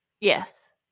Yes